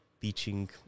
teaching